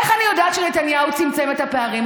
איך אני יודעת שנתניהו צמצם את הפערים?